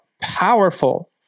powerful